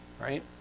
right